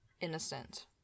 innocent